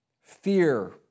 Fear